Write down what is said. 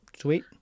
sweet